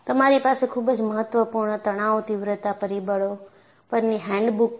તમારી પાસે ખૂબ જ મહત્વપૂર્ણ તણાવ તીવ્રતા પરિબળો પરની હેન્ડબુક છે